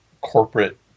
corporate